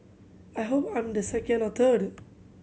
I hope I'm the second or third